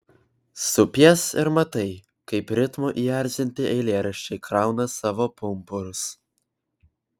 supies ir matai kaip ritmo įerzinti eilėraščiai krauna savo pumpurus